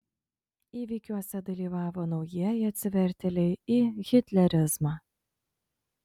įvykiuose dalyvavo naujieji atsivertėliai į hitlerizmą